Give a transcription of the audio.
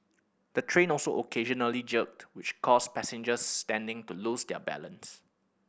the train also occasionally jerked which caused passengers standing to lose their balance